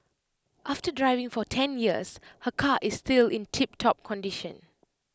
after driving for ten years her car is still in tiptop condition